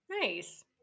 Nice